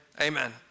amen